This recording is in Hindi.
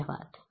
धन्यवाद